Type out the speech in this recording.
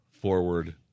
forward